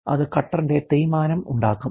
അത് കട്ടർ ഇന്റെ തേയിമാനം ഉണ്ടാക്കും